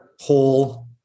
whole